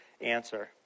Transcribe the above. answer